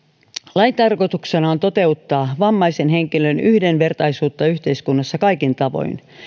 lain tarkoituksena on toteuttaa vammaisen henkilön yhdenvertaisuutta yhteiskunnassa kaikin tavoin